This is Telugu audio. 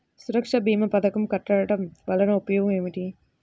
సురక్ష భీమా పథకం కట్టడం వలన ఉపయోగం ఏమిటి?